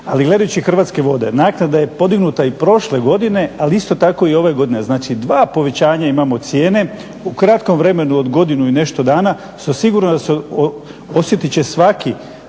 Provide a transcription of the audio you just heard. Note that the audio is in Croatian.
Ali gledajući Hrvatske vode naknada je podignuta i prošle godine, ali isto tako i ove godine. Znači dva povećanja imamo cijene u kratkom vremenu od godinu i nešto dana, što sigurno da, osjetiti će svaki